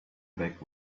back